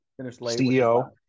CEO